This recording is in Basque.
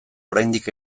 oraindik